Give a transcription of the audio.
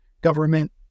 government